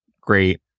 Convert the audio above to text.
great